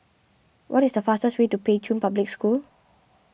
what is the fastest way to Pei Chun Public School